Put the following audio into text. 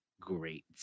great